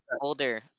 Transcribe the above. Older